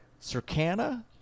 Circana